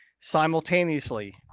Simultaneously